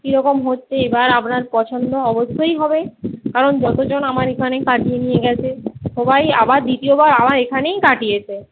কী রকম হচ্ছে এবার আপনার পছন্দ অবশ্যই হবে কারণ যতজন আমার এখানে কাটিয়ে নিয়ে গেছে সবাই আবার দ্বিতীয়বার আমার এখানেই কাটিয়েছে